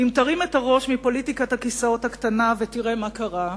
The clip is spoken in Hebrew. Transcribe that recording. אם תרים את הראש מפוליטיקת הכיסאות הקטנה ותראה מה קרה,